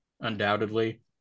Undoubtedly